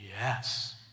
Yes